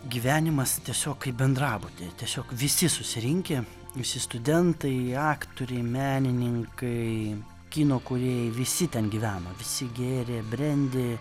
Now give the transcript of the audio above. gyvenimas tiesiog kaip bendrabuty tiesiog visi susirinkę visi studentai aktoriai menininkai kino kūrėjai visi ten gyveno visi gėrė brendį